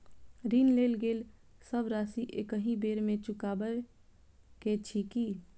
ऋण लेल गेल सब राशि एकहि बेर मे चुकाबऽ केँ छै की?